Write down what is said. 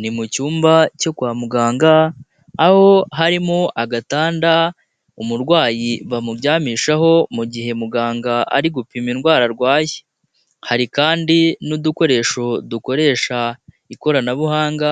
Ni mu cyumba cyo kwa muganga, aho harimo agatanda umurwayi bamuryamishaho, mu gihe muganga ari gupima indwara arwaye, hari kandi n'udukoresho dukoresha ikoranabuhanga,